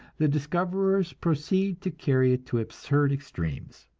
the discoverers proceed to carry it to absurd extremes.